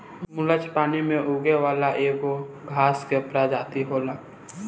मुलच पानी में उगे वाला एगो घास के प्रजाति होला